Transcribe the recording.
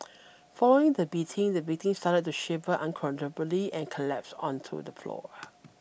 following the beating the victim started to shiver uncontrollably and collapsed onto the floor